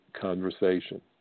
conversation